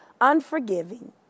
unforgiving